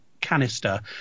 canister